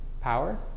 power